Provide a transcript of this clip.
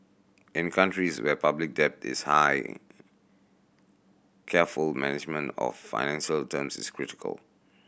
in countries where public debt is high careful management of financing terms is critical